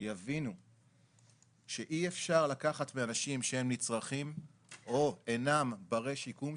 יבינו שאי אפשר לקחת מאנשים שהם נצרכים או אינם ברי שיקום,